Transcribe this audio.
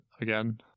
again